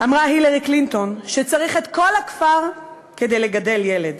אמרה הילרי קלינטון ש"צריך את כל הכפר כדי לגדל ילד".